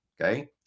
Okay